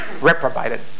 reprobated